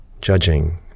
judging